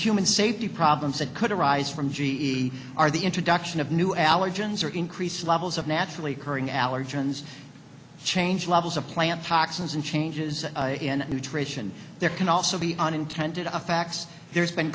human safety problems that could arise from g e are the introduction of new allergens or increasing levels of naturally occurring allergens change levels of plant toxins and changes in nutrition there can also be unintended effects there's been